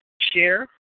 share